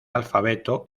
alfabeto